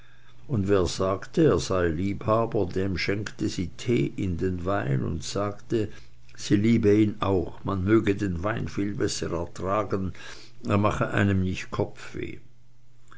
und wer sagte er sei liebhaber dem schenkte sie tee in den wein und sagte sie liebe ihn auch man möge den wein viel besser ertragen er mache einem nicht kopfweh